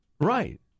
Right